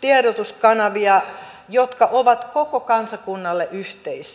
tiedotuskanavia jotka ovat koko kansakunnalle yhteisiä